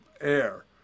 air